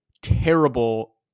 terrible